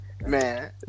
Man